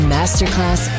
Masterclass